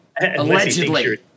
Allegedly